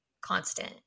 constant